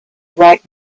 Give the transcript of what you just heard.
bright